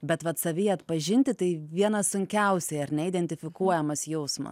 bet vat savyje atpažinti tai vienas sunkiausiai ar neidentifikuojamas jausmas